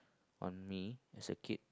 on me is a kid